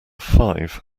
five